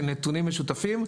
של נתונים משותפים.